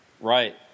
Right